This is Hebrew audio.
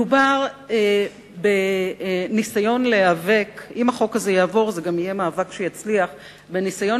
אם החוק הזה יעבור את כל שלבי החקיקה,